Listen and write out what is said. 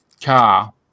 car